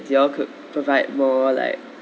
you all could provide more like